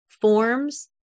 forms